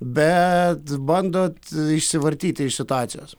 bet bandot išsivartyti iš situacijos